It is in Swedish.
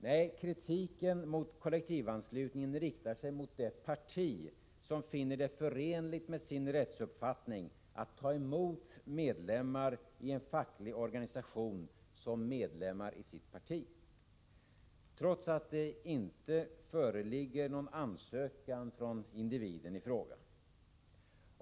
Nej, kritiken mot kollektivanslutningen riktar sig mot det parti som finner det förenligt med sin rättsuppfattning att ta emot medlemmar i en facklig organisation som medlemmar i sitt parti, trots att det inte föreligger någon ansökan från individen i fråga.